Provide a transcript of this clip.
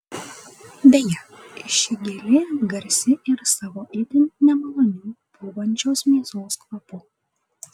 beje ši gėlė garsi ir savo itin nemaloniu pūvančios mėsos kvapu